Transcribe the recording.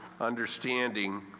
understanding